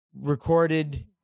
recorded